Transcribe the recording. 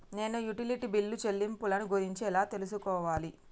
నేను utility bill చెల్లింపులను గురించి ఎలా తెలుసుకోవాలి?